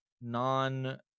non